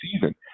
season